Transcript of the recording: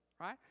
right